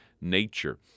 nature